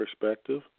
perspective